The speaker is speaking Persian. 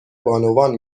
بانوان